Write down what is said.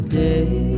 day